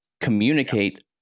communicate